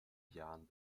jahren